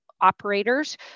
operators